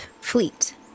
Fleet